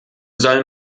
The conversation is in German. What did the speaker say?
soll